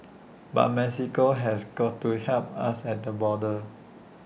but Mexico has got to help us at the border